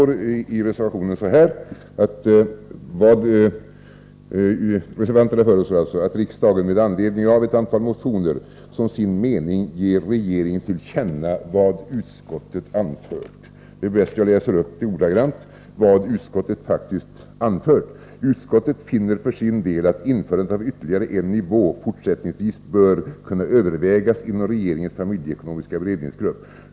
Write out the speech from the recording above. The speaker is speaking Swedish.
Reservanterna föreslår att riksdagen med anledning av ett antal motioner ”som sin mening ger regeringen till känna vad utskottet anfört”. Det är bäst att jag läser upp ordagrant vad utskottet har anfört: ”Utskottet finner för sin del att införandet av ytterligare en nivå fortsättningsvis bör kunna övervägas inom regeringens familjeekonomiska beredningsgrupp.